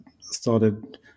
started